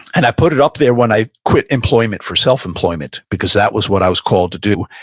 and i put it up there when i quit employment for self employment because that was what i was called to do,